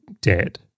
dead